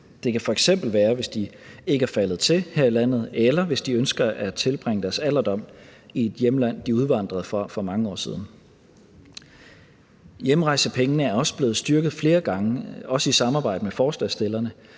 Det kan f.eks. være, hvis de ikke er faldet til her i landet, eller hvis de ønsker at tilbringe deres alderdom i et hjemland, de er udvandret fra for mange år siden. Hjemrejsepengene er også blevet styrket flere gange, også i samarbejde med forslagsstillerne,